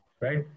right